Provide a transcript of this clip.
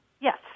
Yes